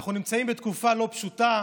אנחנו נמצאים בתקופה לא פשוטה,